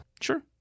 Sure